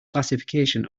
classification